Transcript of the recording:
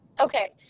Okay